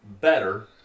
better